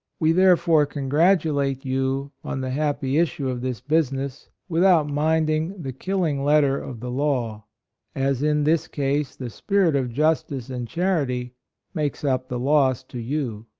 we, therefore, congratulate you on the happy issue of this business, with out minding the killing letter of the law as in this case the spirit of justice and charity makes up the loss to you.